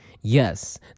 Yes